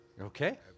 Okay